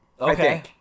okay